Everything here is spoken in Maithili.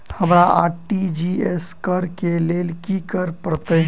हमरा आर.टी.जी.एस करऽ केँ लेल की करऽ पड़तै?